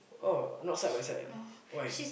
oh not side by side ah why